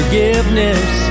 Forgiveness